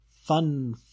fun